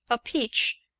a peach,